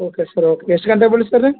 okay sir okay ಎಷ್ಟು ಗಂಟೆಗೆ ಬರಲಿ ಸರ್ರು